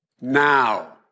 now